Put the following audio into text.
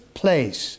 place